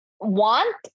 want